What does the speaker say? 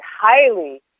highly